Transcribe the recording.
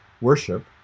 worship